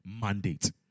mandate